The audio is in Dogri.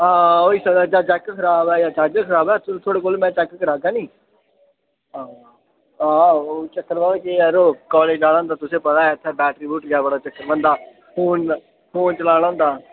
हां होई सकदा जां जैक्क खराब ऐ जां चार्जर खराब ऐ थ थुआड़े कोल में चैक्क करागा निं आं हां ओह् चक्कर पता केह् ऐ जरो कालेज जाना होंदा तुसें पता ऐ इत्थें बैटरी बुटरियां बड़ा चक्कर बनदा फोन फोन चलाना होंदा